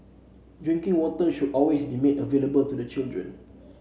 drinking water should always be made available to the children